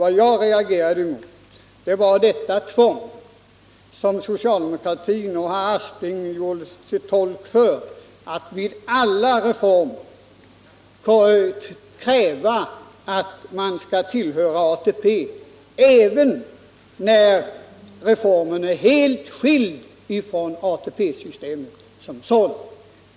Vad jag har reagerat mot är det tvång som socialdemokratin och herr Aspling har gjort sig till tolk för, i och med att man har krävt tillhörighet till ATP-systemet för att få del av de förmåner som reformer helt skilda från ATP-systemet erbjuder.